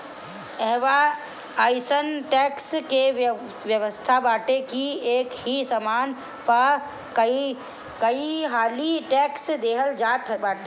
इहवा अइसन टेक्स के व्यवस्था बाटे की एकही सामान पअ कईहाली टेक्स देहल जात बाटे